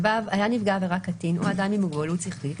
"(ו) היה נפגע העבירה קטין או אדם עם מוגבלות שכלית,